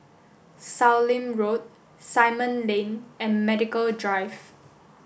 Sallim Road Simon Lane and Medical Drive